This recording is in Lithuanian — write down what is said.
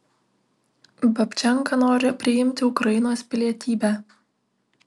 babčenka nori priimti ukrainos pilietybę